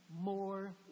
more